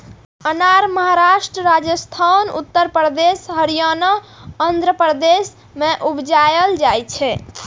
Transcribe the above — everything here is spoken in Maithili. अनार महाराष्ट्र, राजस्थान, उत्तर प्रदेश, हरियाणा, आंध्र प्रदेश मे उपजाएल जाइ छै